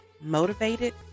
motivated